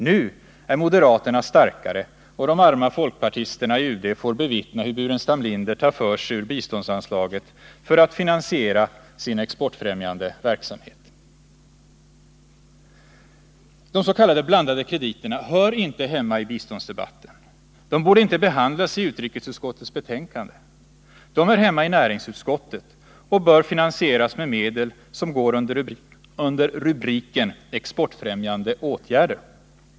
Nu är moderaterna starkare, och de arma folkpartisterna i UD får bevittna hur Staffan Burenstam Linder tar för sig ur biståndsanslaget för att finansiera sin exportfrämjande verksamhet. blandade krediterna hör inte hemma i biståndsdebatten. De borde inte behandlas i utrikesutskottets betänkande. De hör hemma i näringsutskottet och bör finansieras med medel som går under rubriken Exportfrämjande åtgärder.